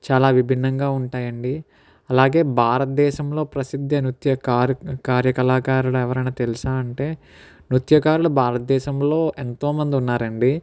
చాలా విభిన్నంగా ఉంటాయండి అలాగే భారతదేశంలో ప్రసిద్ధి నృత్య కార్య కార్యకళాకారులు ఎవరన్నా తెలుసా అంటే నృత్యకారులు భారతదేశంలో ఎంతో మంది ఉన్నారండి